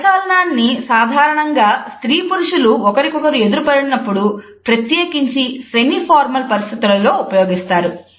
ఈ కరచాలనాన్ని సాధారణంగా స్త్రీ పురుషులు ఒకరికొకరు ఎదురుపడినప్పుడు ప్రత్యేకించి సెమీ ఫార్మల్ పరిస్థితులలో ఉపయోగిస్తారు